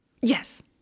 Yes